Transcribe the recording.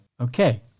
Okay